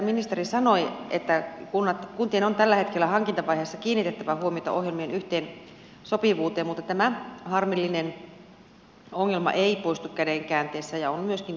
ministeri sanoi että kuntien on tällä hetkellä hankintavaiheessa kiinnitettävä huomiota ongelmien yhteensopivuuteen mutta tämä harmillinen ongelma ei poistu käden käänteessä ja on myöskin kallista